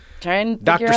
Doctor